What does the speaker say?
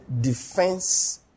defense